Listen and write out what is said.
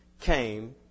came